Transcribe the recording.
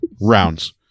Rounds